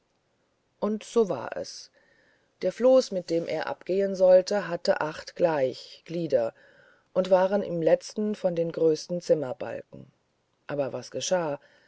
und so war es der floß mit dem er abgehen sollte hatte acht gleich glieder und waren im letzten von den größten zimmerbalken aber was geschah